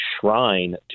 shrine